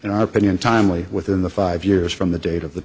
in our opinion timely within the five years from the date of the